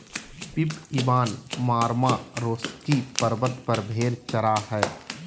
Pip Ivan Marmaroski पर्वत पर भेड़ चरा हइ